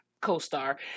co-star